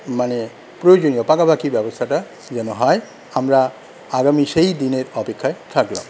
মানে প্রয়োজনীয় পাকাপাকি ব্যবস্থাটা যেন হয় আমরা আগামী সেইদিনের অপেক্ষায় থাকলাম